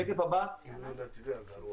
בשקף הבא: כמובן,